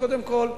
קודם כול,